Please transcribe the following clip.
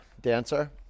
Dancer